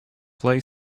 play